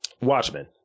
Watchmen